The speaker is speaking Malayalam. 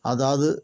അതാത്